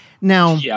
Now